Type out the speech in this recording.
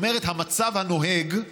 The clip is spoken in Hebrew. כלומר המצב הנוהג,